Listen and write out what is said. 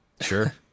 Sure